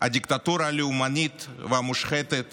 הדיקטטורה הלאומנית, המושחתת